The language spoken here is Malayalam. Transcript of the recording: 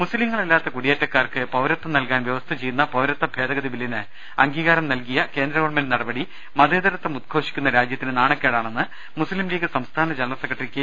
മുസ്തീങ്ങളല്ലാത്ത കുടിയേറ്റക്കാർക്ക് പൌരത്വം നൽകാൻ വൃവസ്ഥ ചെയ്യുന്ന പൌരത്വ ഭേദഗതി ബില്ലിന് അംഗീകാരം നൽകിയ കേന്ദ്ര ഗവൺമെന്റ് നടപടി മതേതരത്വം ഉദ്ഘോഷിക്കുന്ന രാജൃത്തിന് നാണക്കേടാണെന്ന് മുസ്തീം ലീഗ് സംസ്ഥാന ജനറൽ സെക്രട്ടറി കെ